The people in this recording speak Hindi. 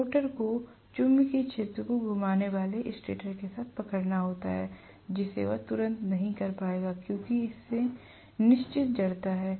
रोटर को चुंबकीय क्षेत्र को घुमाने वाले स्टेटर के साथ पकड़ना होता है जिसे वह तुरंत नहीं कर पाएगा क्योंकि इसमें निश्चित जड़ता है